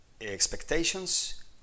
expectations